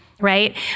Right